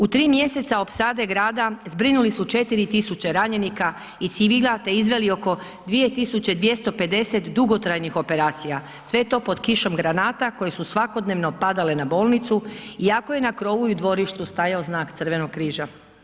U 3 mjeseca opsade grada, zbrinuli su 4.000 ranjenika i civila te izveli oko 2.250 dugotrajnih operacija, sve to pod kišom granata koje su svakodnevno padale na bolnicu iako je krovu i u dvorištu stajao znak Crvenog križa.